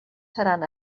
seran